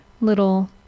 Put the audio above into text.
little